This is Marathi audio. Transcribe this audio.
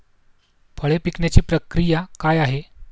फळे पिकण्याची प्रक्रिया काय आहे?